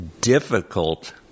difficult